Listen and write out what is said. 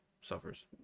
suffers